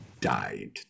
died